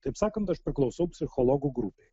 taip sakant aš priklausau psichologų grupei